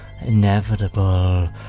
inevitable